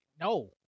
No